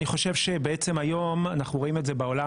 אני חושב שאנחנו רואים את זה בעולם,